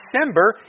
December